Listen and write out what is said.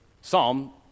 psalm